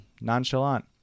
nonchalant